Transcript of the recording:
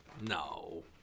No